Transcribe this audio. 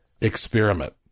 experiment